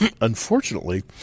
unfortunately